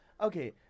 Okay